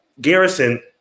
Garrison